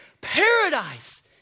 paradise